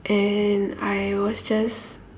and I was just